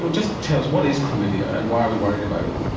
so just tell us, what is chlamydia and why are we worried about it?